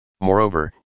Moreover